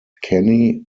kenny